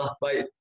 Bye